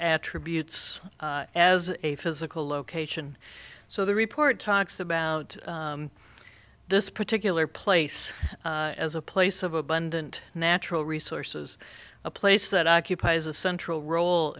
attributes as a physical location so the report talks about this particular place as a place of abundant natural resources a place that occupies a central rol